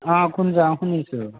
অঁ কুঞ্জ অঁ শুনিছোঁ